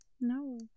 No